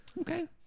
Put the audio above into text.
Okay